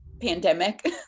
pandemic